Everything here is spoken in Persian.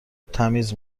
تمیز